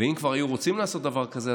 ואם כבר היו רוצים לעשות דבר כזה,